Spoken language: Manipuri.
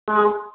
ꯑꯥ